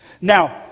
now